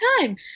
time